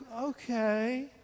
okay